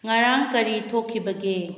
ꯉꯔꯥꯡ ꯀꯔꯤ ꯊꯣꯛꯈꯤꯕꯒꯦ